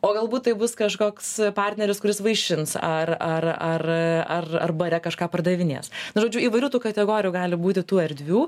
o galbūt tai bus kažkoks partneris kuris vaišins ar ar ar ar ar bare kažką pardavinės žodžiu įvairių tų kategorijų gali būti tų erdvių